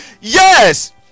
Yes